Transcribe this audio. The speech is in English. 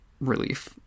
relief